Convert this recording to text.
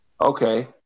Okay